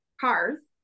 cars